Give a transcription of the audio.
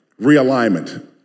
realignment